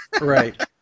Right